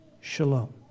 Shalom